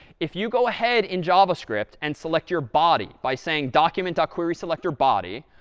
if you go ahead in javascript and select your body by saying document queryselector body,